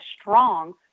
strong